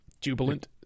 jubilant